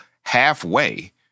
halfway